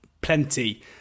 plenty